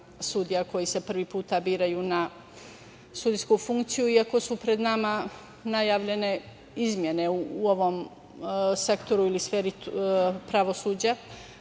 koji se prvi put biraju na sudijsku funkciju. Iako su pred nama najavljene izmene u ovom sektoru ili sferi pravosuđa,